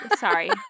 Sorry